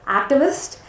activist